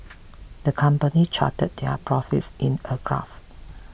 the company charted their profits in a graph